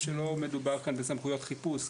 שלא מדובר כאן בסמכויות חיפוש,